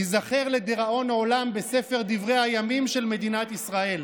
ייזכר לדיראון עולם בספר דברי הימים של מדינת ישראל.